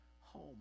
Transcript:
home